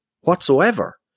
whatsoever